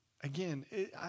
Again